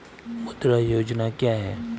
मुद्रा योजना क्या है?